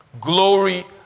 Glory